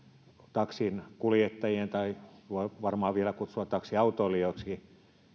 taksinkuljettajien tai varmaan heitä vielä voi kutsua taksiautoilijoiksi